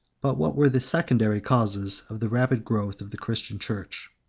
but what were the secondary causes of the rapid growth of the christian church.